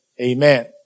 Amen